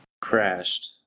Crashed